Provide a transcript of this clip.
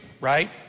right